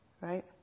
Right